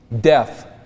death